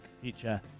future